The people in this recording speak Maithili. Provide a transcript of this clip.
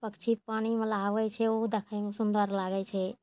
पक्षी पानिमे नहाबै छै ओ देखैमे सुन्दर लागै छै